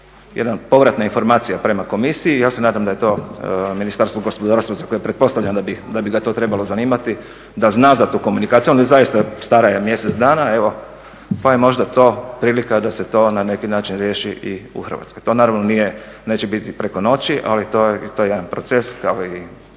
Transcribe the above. jedna povratna informacija prema Komisiji, ja se nadam da je to Ministarstvo gospodarstva za koje pretpostavljam da bi ga to trebalo zanimati, da zna za tu komunikaciju, ona zaista stara je mjesec dana pa je možda to prilika da se to na neki način riješi i u Hrvatskoj. To naravno neće biti preko noći, ali to je jedan proces da li